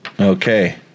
Okay